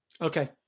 Okay